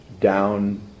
down